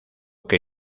que